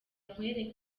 nkwereke